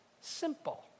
simple